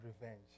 revenge